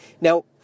Now